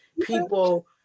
people